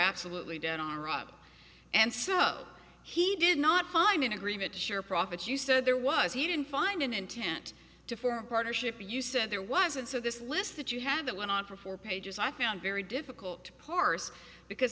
absolutely dead are up and so he did not find an agreement to share profits you said there was he didn't find an intent to for partnership you said there wasn't so this list that you had that went on for four pages i found very difficult to parse because